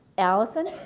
allison